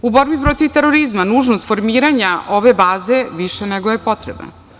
U borbi protiv terorizma nužnost formiranja ove baze više nego je potrebna.